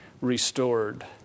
restored